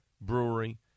brewery